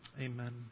Amen